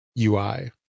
UI